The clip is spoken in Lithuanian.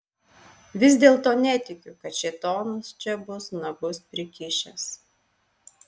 vis dėlto netikiu kad šėtonas čia bus nagus prikišęs